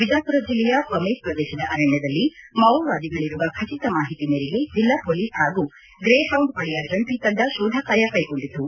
ಬಿಜಾಪುರ ಜಿಲ್ಲೆಯ ಪಮೇದ್ ಪ್ರದೇಶದ ಅರಣ್ಯದಲ್ಲಿ ಮಾವೋವಾದಿಗಳಿರುವ ಖಚಿತ ಮಾಹಿತಿ ಮೇರೆಗೆ ಜಿಲ್ಲಾ ಪೊಲೀಸ್ ಹಾಗೂ ಗ್ರೇಹೌಂಡ್ ಪಡೆಯ ಜಂಟ ತಂಡ ಕೋಧ ಕಾರ್ಯ ಕ್ಲೆಗೊಂಡಿತು